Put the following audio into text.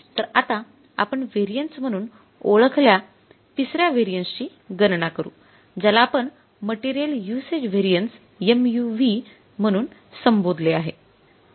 तर आता आपण व्हेरिएन्स म्हणून ओळखल्या तिसऱ्या व्हेरिएन्स ची गणना करू ज्याला आपण मटेरियल युसेज व्हेरिएन्स म्हणून संबोधले आहे